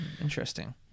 Interesting